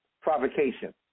provocation